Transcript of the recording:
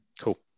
Cool